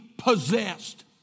possessed